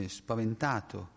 spaventato